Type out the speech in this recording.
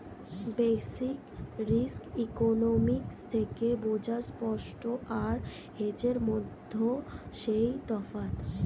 basic risk economics থেকে বোঝা spot আর হেজের মধ্যে যেই তফাৎ